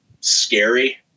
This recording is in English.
scary